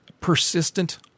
Persistent